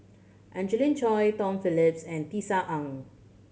Angelina Choy Tom Phillips and Tisa Ng